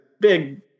big